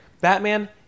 Batman